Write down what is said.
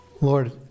Lord